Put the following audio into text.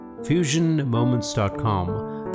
FusionMoments.com